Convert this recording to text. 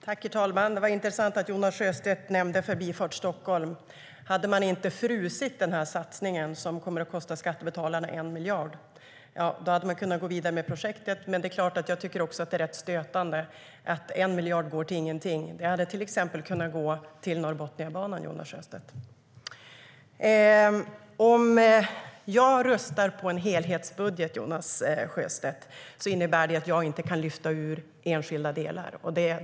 Herr talman! Det var intressant att Jonas Sjöstedt nämnde Förbifart Stockholm. Om man inte hade frusit satsningen - vilket kommer att kosta skattebetalarna 1 miljard - hade man kunnat gå vidare med projektet. Men det är klart att jag tycker att det är rätt stötande att 1 miljard går till ingenting. Dessa pengar hade till exempel kunnat gå till Norrbotniabanan, Jonas Sjöstedt.Om jag röstar på en helhetsbudget, Jonas Sjöstedt, innebär det att jag inte kan lyfta ut enskilda delar.